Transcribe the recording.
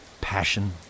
Passion